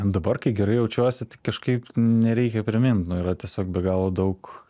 dabar kai gerai jaučiuosi tai kažkaip nereikia primint nu yra tiesiog be galo daug